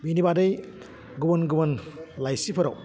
बिनि बादै गुबुन गुबुन लाइसिफोराव